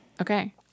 Okay